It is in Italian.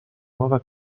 nuova